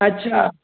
अच्छा